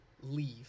leave